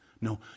No